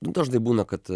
nu dažnai būna kad